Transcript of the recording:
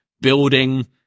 building